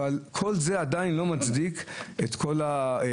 אבל כל זה עדיין לא מצדיק את כל הרפורמה